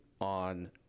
on